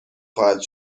خواهد